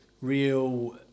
real